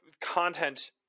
content